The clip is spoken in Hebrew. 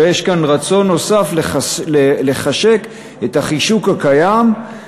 ויש כאן רצון להוסיף ולחשק את החישוק הקיים.